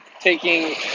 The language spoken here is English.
taking